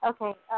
Okay